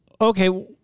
okay